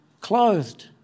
clothed